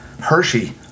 Hershey